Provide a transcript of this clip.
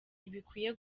ntibikwiye